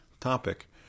topic